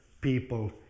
people